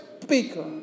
speaker